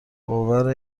باور